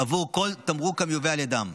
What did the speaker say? עבור כל תמרוק המיובא על ידם.